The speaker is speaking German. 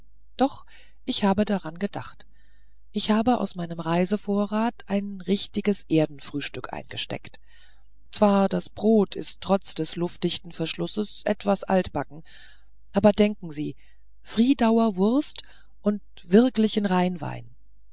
doch ich habe daran gedacht ich habe aus meinem reisevorrat ein richtiges erdenfrühstück eingesteckt zwar das brot ist trotz des luftdichten verschlusses etwas altbacken aber denken sie friedauer wurst und wirklichen rheinwein